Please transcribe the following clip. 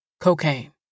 cocaine